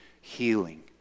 Healing